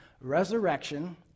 Resurrection